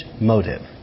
motive